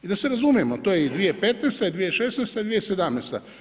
I da se razumijemo, to je i 2015. i 2016. i 2017.